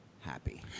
happy